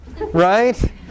right